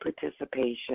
participation